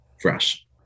fresh